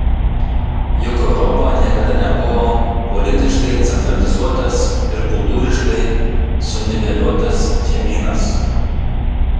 juk europa niekada nebuvo politiškai centralizuotas ir kultūriškai suniveliuotas žemynas